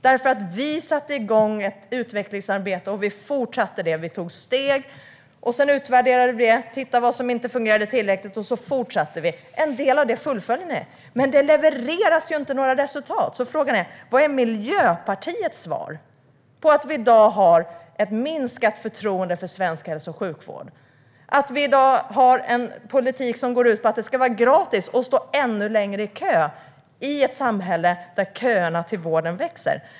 Vi satte nämligen igång ett utvecklingsarbete och fortsatte det. Vi tog steg, och sedan utvärderade vi, tittade på vad som inte fungerade tillräckligt bra och fortsatte. En del av detta fullföljer ni, men det levereras inte några resultat. Så frågan är: Vad är Miljöpartiets svar på att vi i dag har ett minskat förtroende för svensk hälso och sjukvård och en politik som går ut på att det ska vara gratis att stå ännu längre i kö i ett samhälle där köerna till vården växer?